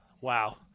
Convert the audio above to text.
Wow